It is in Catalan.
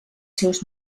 seus